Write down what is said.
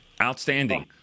outstanding